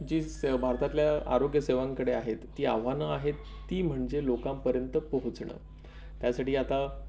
जी स भारतातल्या आरोग्यसेवांकडे आहेत ती आव्हानं आहेत ती म्हणजे लोकांपर्यंत पोहोचणं त्यासाठी आता